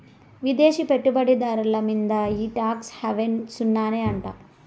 విదేశీ పెట్టుబడి దార్ల మీంద ఈ టాక్స్ హావెన్ సున్ననే అంట